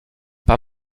pas